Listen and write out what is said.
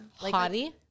Hottie